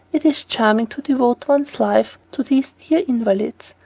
it is charming to devote one's life to these dear invalids,